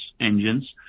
engines